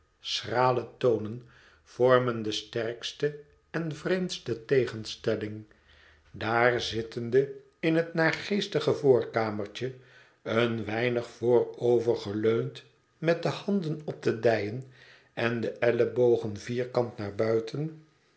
schrale tonen vormen de sterkste en vreemdste tegenstelling daar zittende in het naargeestige voorkamertje een weinig voorovergeleund met de handen op de dijen en de ellebogen vierkant naar buiten